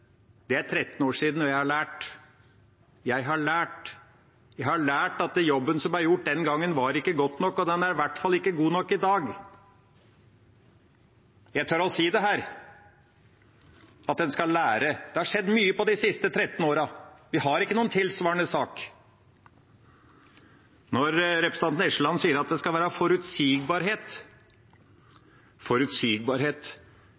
Det er 13 år siden, og jeg har lært. Jeg har lært at jobben som ble gjort den gangen, ikke var god nok, og den er i hvert fall ikke god nok i dag. Jeg tør å si det her, at en skal lære. Det har skjedd mye de siste 13 årene. Vi har ikke noen tilsvarende sak. Når representanten Eskeland sier at det skal være